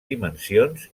dimensions